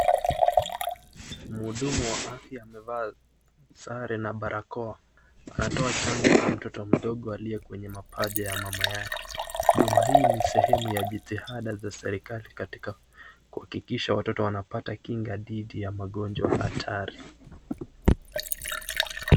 Mhudumu wa afya amevaa sare na barakoa, anatoa chanjo kwa mtoto mdogo aliye kwenye mapaja ya mama yake, hii ni sehemu ya jitihada za serikali katika kuhakikisha watoto wanapata kinga dhidhi ya magonjwa hatari.